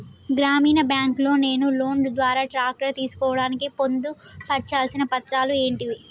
గ్రామీణ బ్యాంక్ లో నేను లోన్ ద్వారా ట్రాక్టర్ తీసుకోవడానికి పొందు పర్చాల్సిన పత్రాలు ఏంటివి?